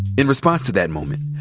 in response to that moment,